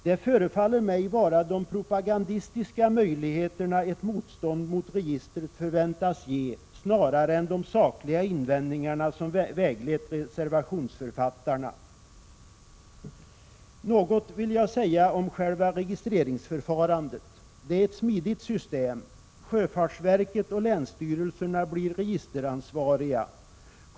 Det förefaller mig vara de propagandistiska möjligheter ett motstånd mot registret förväntas ge som, snarare än de sakliga invändningarna, väglett reservationsförfattarna. Jag vill även säga något om själva registreringsförfarandet. Det är ett smidigt system. Sjöfartsverket och länsstyrelserna blir registeransvariga.